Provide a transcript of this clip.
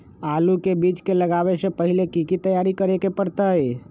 आलू के बीज के लगाबे से पहिले की की तैयारी करे के परतई?